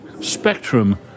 spectrum